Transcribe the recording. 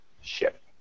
ship